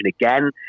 again